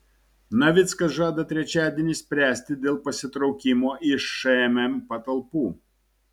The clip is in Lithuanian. navickas žada trečiadienį spręsti dėl pasitraukimo iš šmm patalpų